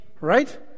Right